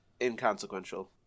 inconsequential